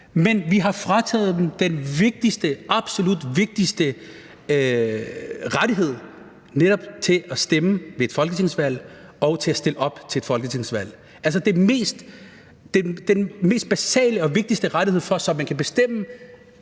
den vigtigste – absolut vigtigste – rettighed, netop det at stemme ved et folketingsvalg og det at stille op til et folketingsvalg, altså den mest basale og vigtigste rettighed, så man kan bestemme